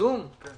אין